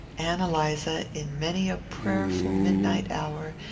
ann eliza, in many a prayerful midnight hour,